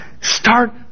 Start